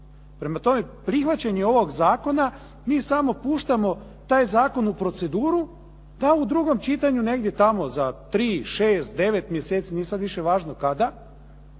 Prema tome, prihvaćanjem ovog zakona mi samo puštamo taj zakon u proceduru da u drugom čitanju negdje tamo za 3, 6, 9 mjeseci, nije sad više važno kada,